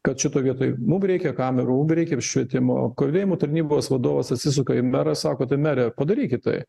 kad šitoj vietoj mum reikia kamerų mum reikia apšvietimo kalėjimų tarnybos vadovas atsisuka į merą sako tai mere padarykit tai